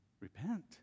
repent